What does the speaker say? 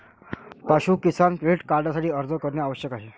पाशु किसान क्रेडिट कार्डसाठी अर्ज करणे आवश्यक आहे